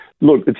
Look